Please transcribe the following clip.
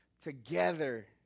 together